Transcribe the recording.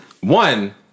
one